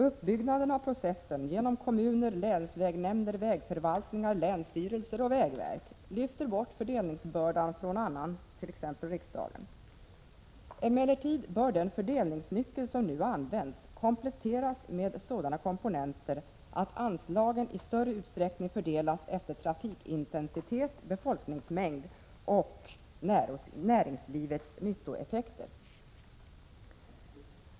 Uppbyggnaden av processen genom kommuner, länsvägnämnder, vägförvaltningar, länsstyrelser och vägverk lyfter bort fördelningsbördan från t.ex. riksdagen. Emellertid bör den fördelningsnyckel som nu används kompletteras med sådana komponenter att anslagen i större utsträckning fördelas efter trafikintensitet, befolkningsmängd och näringslivets nyttoeffekter.